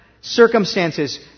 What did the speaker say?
circumstances